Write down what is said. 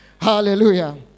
Hallelujah